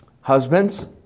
husbands